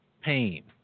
pain